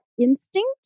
instinct